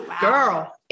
girl